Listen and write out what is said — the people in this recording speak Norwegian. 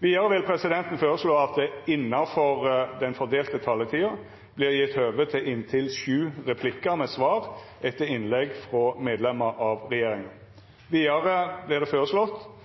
Vidare vil presidenten føreslå at det, innanfor den fordelte taletida, vert gjeve høve til inntil sju replikkar med svar etter innlegg frå medlemar av regjeringa. Vidare vert det føreslått